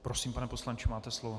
Prosím, pane poslanče, máte slovo.